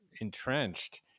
entrenched